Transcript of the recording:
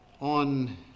on